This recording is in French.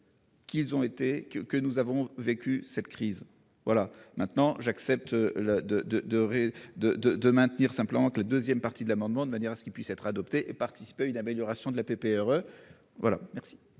Qu'ils ont été que que nous avons vécu cette crise. Voilà maintenant j'accepte de de de de de de maintenir sa planque le deuxième partie de l'amendement de manière à ce qu'il puisse être adopté et participer à une amélioration de la pépère voilà merci.